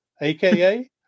aka